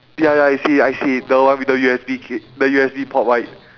ya ya I see it I see it the one the U_S_B cab~ the U_S_B port right